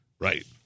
Right